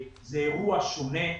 זה אירוע שונה,